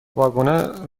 واگن